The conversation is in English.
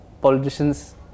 politicians